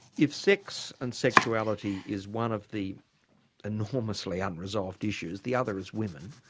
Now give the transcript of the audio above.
if sex and sexuality is one of the enormously unresolved issues, the other is women.